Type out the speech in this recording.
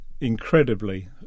incredibly